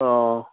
ꯑꯣ